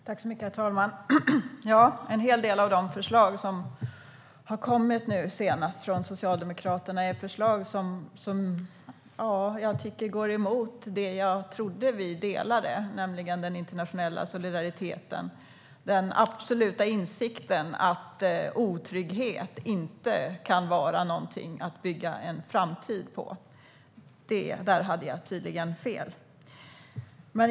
Herr talman! En hel del av de förslag som nu har kommit från Socialdemokraterna går emot det jag trodde att vi delade, nämligen den internationella solidariteten och insikten om att otrygghet inte kan vara något att bygga en framtid på. Där hade jag tydligen fel.